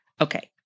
Okay